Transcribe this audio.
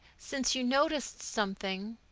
since you noticed something,